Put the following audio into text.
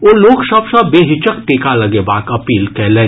ओ लोक सभ सॅ बेहिचक टीका लगेबाक अपील कयलनि